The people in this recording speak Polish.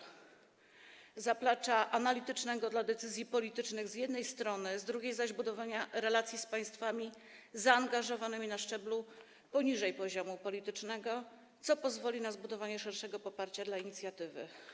Chodzi o zaplecze analityczne dla podejmowania decyzji politycznych z jednej strony, z drugiej zaś - o budowanie relacji z państwami zaangażowanymi na szczeblu poniżej poziomu politycznego, co pozwoli na zbudowanie szerszego poparcia dla inicjatywy.